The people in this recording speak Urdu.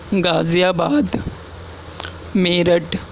غازی آباد میرٹھ